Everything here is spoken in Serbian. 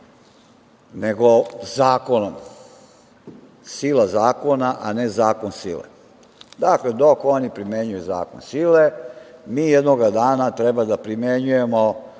nego zakonom. Sila zakona, a ne zakon sile. Dakle, dok oni primenjuju zakon sile, mi jednoga dana treba da primenjujemo